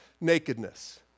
nakedness